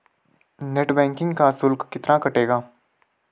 Net banking का शुल्क कितना कटेगा?